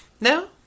No